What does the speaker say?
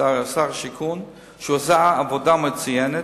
שעשה עבודה מצוינת,